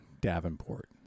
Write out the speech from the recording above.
Davenport